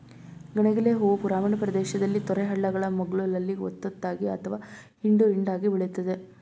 ಗಣಗಿಲೆ ಹೂ ಗ್ರಾಮೀಣ ಪ್ರದೇಶದಲ್ಲಿ ತೊರೆ ಹಳ್ಳಗಳ ಮಗ್ಗುಲಲ್ಲಿ ಒತ್ತೊತ್ತಾಗಿ ಅಥವಾ ಹಿಂಡು ಹಿಂಡಾಗಿ ಬೆಳಿತದೆ